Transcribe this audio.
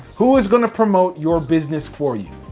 who is gonna promote your business for you,